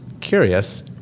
curious